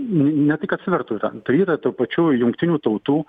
n ne tai kad svertų yra tai yra tų pačių jungtinių tautų